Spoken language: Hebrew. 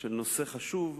של נושא חשוב,